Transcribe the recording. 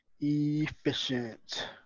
Efficient